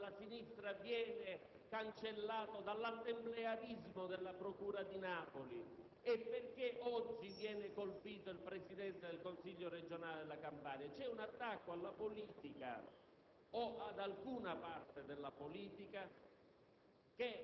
Perché improvvisamente il procuratore Cordova, voluto dalla sinistra, viene cancellato dall'assemblearismo della procura di Napoli? Perché, oggi, viene colpito il Presidente del Consiglio regionale della Campania? C'è un attacco alla politica,